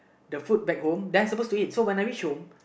the food back home then I'm supposed to eat so when I reach home